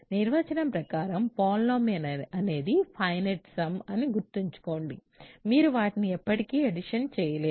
నిర్వచనం ప్రకారం పాలినామియల్ అనేది ఫైనెట్ సమ్ అని గుర్తుంచుకోండి మీరు వాటిని ఎప్పటికీ అడిషన్ చేయలేరు